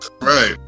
right